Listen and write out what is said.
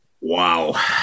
Wow